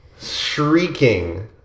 shrieking